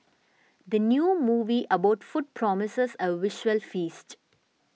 the new movie about food promises a visual feast